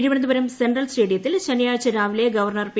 Thiruvananthapuram central സ്റ്റേഡിയത്തിൽ ശനിയാഴ്ച രാവിലെ ഗവർണ്ണർ പി